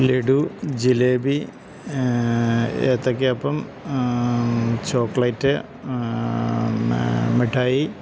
ലഡു ജിലേബി ഏത്തയ്ക്കാപ്പം ചോക്ലേറ്റ് മിഠായി